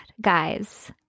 Guys